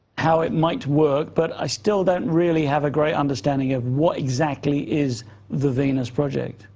how it might work. but i still don't really have a great understanding of what exactly is the venus project.